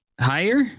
Higher